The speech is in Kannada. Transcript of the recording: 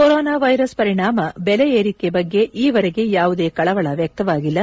ಕೊರೋನಾ ವ್ವೆರಸ್ ಪರಿಣಾಮ ಬೆಲೆ ಏರಿಕೆ ಬಗ್ಗೆ ಈವರೆಗೆ ಯಾವುದೇ ಕಳವಳ ವ್ಯಕ್ತವಾಗಿಲ್ಲ